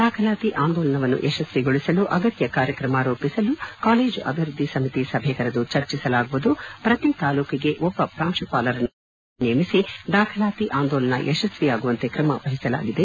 ದಾಖಲಾತಿ ಆಂದೋಲನವನ್ನು ಯಶಸ್ವಿಗೊಳಿಸಲು ಅಗತ್ಯ ಕಾರ್ಯಕ್ರಮ ರೂಪಿಸಲು ಕಾಲೇಜು ಅಭಿವ್ಯದ್ದಿ ಸಮಿತಿ ಸಭೆ ಕರೆದು ಚರ್ಚಿಸಲಾಗುವುದು ಪ್ರತಿ ತಾಲೂಕಿಗೆ ಒಬ್ಬ ಪ್ರಾಂಶುಪಾಲರನ್ನು ನೋಡಲ್ ಅಧಿಕಾರಿಯನ್ನಾಗಿ ನೇಮಿಸಿ ದಾಖಲಾತಿ ಆಂದೋಲನ ಯಶಸ್ವಿಯಾಗುವಂತೆ ಕ್ರಮ ವಹಿಸಲಾಗಿದೆ